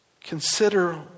Consider